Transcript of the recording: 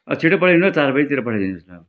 अँ छिटो पठाइदिनु होस् चार बजीतिर पठाइदिनु होस् न